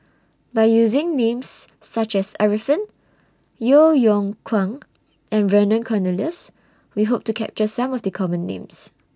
By using Names such as Arifin Yeo Yeow Kwang and Vernon Cornelius We Hope to capture Some of The Common Names